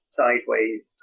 sideways